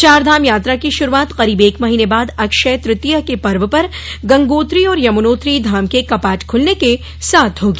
चारधाम यात्रा की शुरुआत करीब एक महीने बाद अक्षय तृतीया के पर्व पर गंगोत्री और यमुनोत्री धाम के कपाट खुलने के साथ होगी